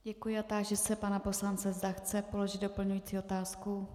Děkuji a táži se pana poslance, zda chce položit doplňující otázku.